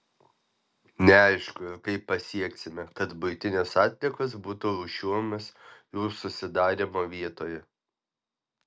neaišku ir kaip pasieksime kad buitinės atliekos būtų rūšiuojamos jų susidarymo vietoje